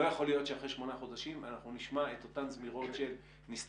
לא יכול להיות שאחרי שמונה חודשים אנחנו נשמע את אותן זמירות של נסתכל,